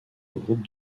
groupe